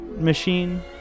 machine